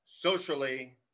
socially